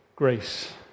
Grace